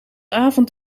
avond